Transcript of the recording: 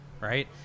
right